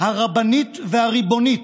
הרבנית והריבונית,